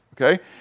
Okay